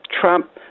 Trump